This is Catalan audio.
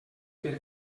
per